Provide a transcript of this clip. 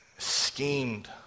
schemed